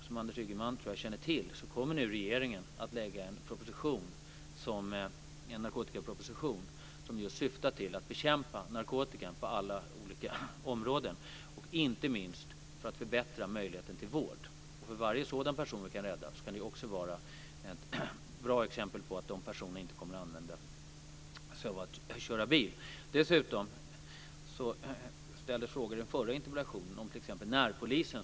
Som Anders Ygeman känner till kommer nu regeringen att lägga fram en proposition som syftar till att bekämpa narkotika på alla olika områden och inte minst till att förbättra möjligheten till vård. För varje person som man kan rädda kommer det att bli en mindre som kör bil narkotikapåverkad. Dessutom ställdes frågor i den förra interpellationen om närpolisen.